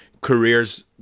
careers